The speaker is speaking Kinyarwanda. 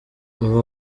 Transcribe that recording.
ubu